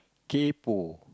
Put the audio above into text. kaypo